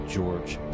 George